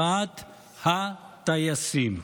מחאת הטייסים,